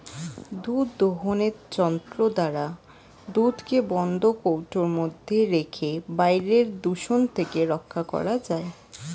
দুধ দোহনের যন্ত্র দ্বারা দুধকে বন্ধ কৌটোর মধ্যে রেখে বাইরের দূষণ থেকে রক্ষা করা যায়